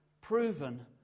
proven